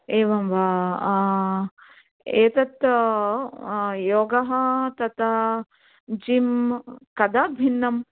एवं वा एतत् योगः तथा जिं कदा भिन्नं